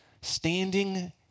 standing